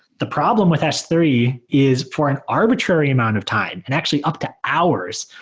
the problem with s three is for an arbitrary amount of time and actually up to hours,